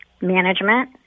management